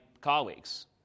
colleagues